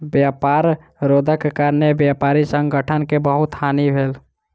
व्यापार रोधक कारणेँ व्यापारी संगठन के बहुत हानि भेल